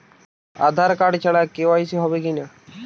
আধার card ছাড়া KYC হবে কিনা?